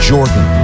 Jordan